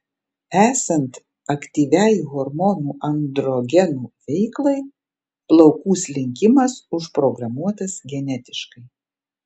esant aktyviai hormonų androgenų veiklai plaukų slinkimas užprogramuotas genetiškai